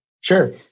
Sure